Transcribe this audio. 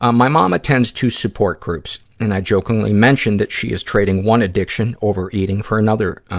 um my mom attends two support groups. and i jokingly mention that she is trading one addiction, overeating, for another,